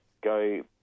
go